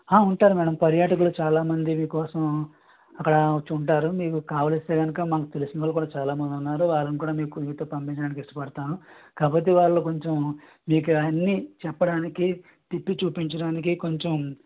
హా ఉంటారు మేడమ్ పర్యాటకులు చాలా మంది మీ కోసం అక్కడ వచ్చి ఉంటారు మీరు కావలిస్తే కనుక మనకి తెలిసిన వాళ్ళు కూడా చాలా మంది ఉన్నారు వాళ్ళని కూడా మీకు మీతో పంపించడానికి ఇష్టపడతాను కాకపోతే వాళ్ళు కొంచం మీకు అన్ని చెప్పడానికి తిప్పి చూపించడానికి కొంచం